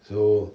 so